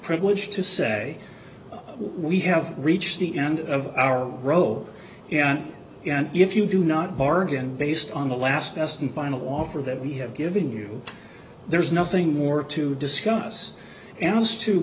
privileged to say we have reached the end of our row and if you do not bargain based on the last best and final offer that we have given you there is nothing more to discuss and as to